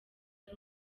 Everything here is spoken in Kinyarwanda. ari